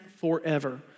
forever